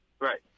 Right